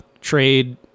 trade